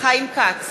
חיים כץ,